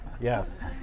Yes